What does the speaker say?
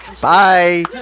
Bye